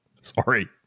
Sorry